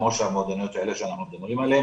כמו המועדוניות האלה שאנחנו מדברים עליהן,